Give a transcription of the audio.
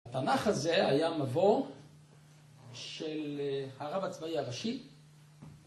התנ״ך הזה היה מבוא של אה הרב הצבאי הראשי